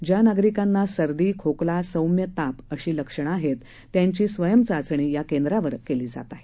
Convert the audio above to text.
ज्या नागरिकांना सर्दी खोकला सौम्य ताप अशी लक्षण आहेत त्यांची स्वयम् चाचणी या केंद्रांवर केली जात आहे